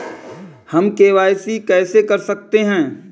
हम के.वाई.सी कैसे कर सकते हैं?